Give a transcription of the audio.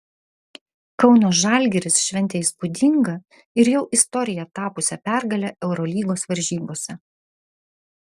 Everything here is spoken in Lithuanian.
kauno žalgiris šventė įspūdingą ir jau istorija tapusią pergalę eurolygos varžybose